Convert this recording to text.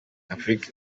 afurika